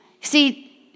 See